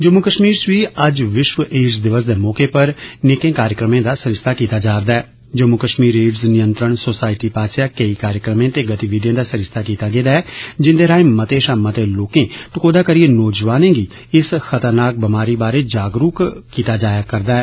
जम्मू कश्मीर च बी अज्ज विश्व एड़स दिवस दे मौके पर केई कार्यक्रमें दा सरिस्ता कीता जारदा ऐ जम्मू कश्मीर एडज नियंत्रण सोसाइटी पास्सेआ केई कार्यक्रमें ते गतिविधिएं दा सरिस्ता कीता गेदा ऐ जिन्दे राएं मते शा मते लोकें टकोहदा करियै नोजवानें गी इस खतरनाक बमारी बारै जागरुक बनाया जा करदा ऐ